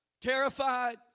terrified